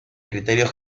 criterios